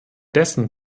dessen